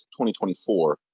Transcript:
2024